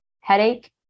headache